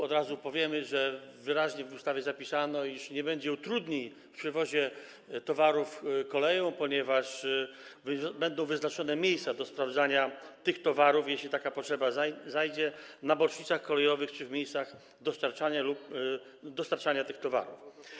Od razu powiem, że wyraźnie w ustawie zapisano, iż nie będzie utrudnień w przewozie towarów koleją, ponieważ będą wyznaczone miejsca do sprawdzania tych towarów, jeśli taka potrzeba zajdzie, na bocznicach kolejowych czy w miejscach dostarczania tych towarów.